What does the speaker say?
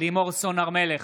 לימור סון הר מלך,